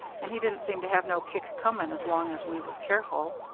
and he didn't seem to have no kick coming as long as we was careful.